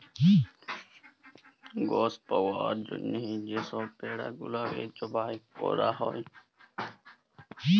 গস পাউয়ার জ্যনহে যে ছব ভেড়া গুলাকে জবাই ক্যরা হ্যয়